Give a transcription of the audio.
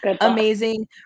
amazing